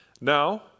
Now